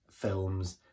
films